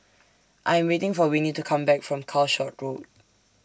I Am waiting For Winnie to Come Back from Calshot Road